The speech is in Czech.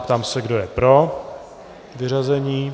Ptám se, kdo je pro vyřazení.